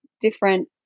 different